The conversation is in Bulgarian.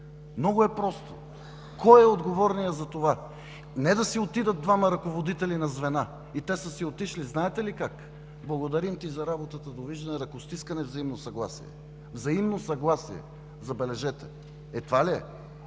Много е просто! Кой е отговорният за това? Не да си отидат двама ръководители на звена. И те са си отишли знаете ли как? Благодарим ти за работата, довиждане, ръкостискане, взаимно съгласие – взаимно съгласие, забележете! Е, това ли е?